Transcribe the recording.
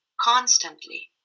constantly